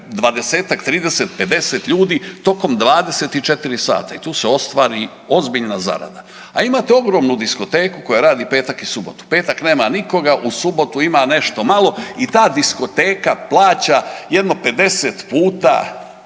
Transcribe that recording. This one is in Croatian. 20-tak, 30, 50 ljudi tokom 24 sata i tu se ostvari ozbiljna zarada, a imate ogromnu diskoteku koja radi petak i subotu, petak nema nikoga, u subotu ima nešto malo i ta diskoteka plaća jedno 50 puta